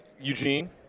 Eugene